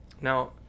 Now